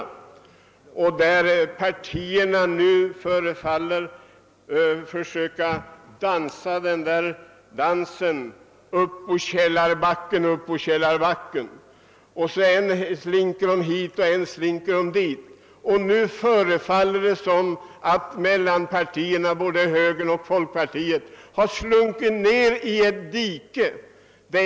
Folkpartiet och centerpartiet förefaller nu försöka dansa efter melodin »Uppå källarbacken, uppå källarbacken har jag min vän». Än slinker det hit och än slinker det dit, och nu förefaller det som om mellanpartierna har slunkit ned i ett dike.